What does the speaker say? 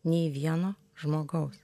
nei vieno žmogaus